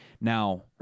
Now